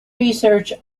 research